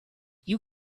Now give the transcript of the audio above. you